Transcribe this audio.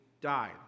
died